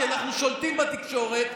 כי אנחנו שולטים בתקשורת,